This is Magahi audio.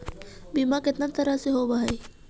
बीमा कितना तरह के होव हइ?